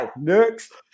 next